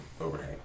overhang